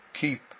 keep